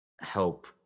help